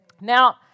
Now